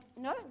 no